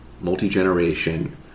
multi-generation